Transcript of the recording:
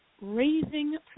raising